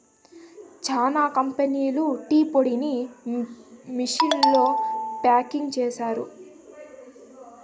చానా కంపెనీలు టీ పొడిని మిషన్లతో ప్యాకింగ్ చేస్తారు